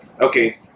okay